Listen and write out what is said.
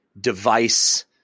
device